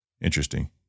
Interesting